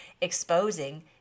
exposing